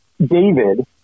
David